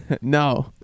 No